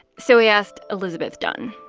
so i asked elizabeth dunn